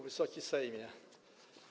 Wysoki Sejmie!